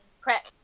prep